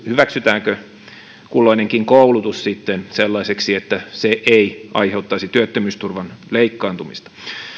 hyväksytäänkö kulloinenkin koulutus sitten sellaiseksi että se ei aiheuttaisi työttömyysturvan leikkaantumista